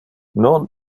non